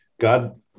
God